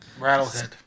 Rattlehead